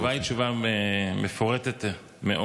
התשובה היא תשובה מפורטת מאוד,